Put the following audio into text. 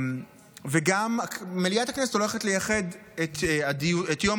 וגם מליאת הכנסת הולכת לייחד את יום